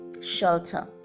shelter